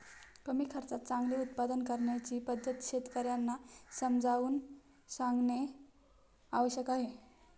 कमी खर्चात चांगले उत्पादन करण्याची पद्धत शेतकर्यांना समजावून सांगणे आवश्यक आहे